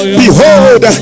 behold